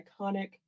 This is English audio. iconic